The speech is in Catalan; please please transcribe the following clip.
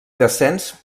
descens